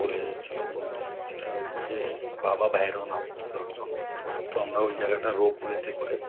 ভুলে যাচ্ছিলাম বলতে সেটা হচ্ছে বাবা ভইরোনাথ দর্শন তো আমরা ওই জায়গাটা রোপ ওয়েতে করে